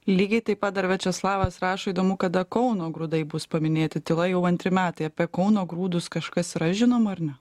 lygiai taip pat dar viačeslavas rašo įdomu kada kauno grūdai bus paminėti tyla jau antri metai apie kauno grūdus kažkas yra žinoma ar ne